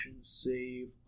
save